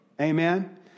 Amen